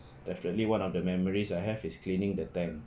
definitely one of the memories I have is cleaning the tank